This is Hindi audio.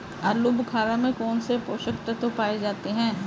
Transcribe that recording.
आलूबुखारा में कौन से पोषक तत्व पाए जाते हैं?